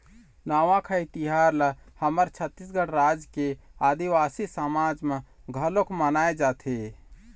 नवाखाई तिहार ल हमर छत्तीसगढ़ राज के आदिवासी समाज म घलोक मनाए जाथे